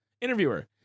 Interviewer